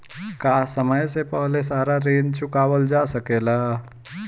का समय से पहले सारा ऋण चुकावल जा सकेला?